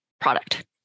product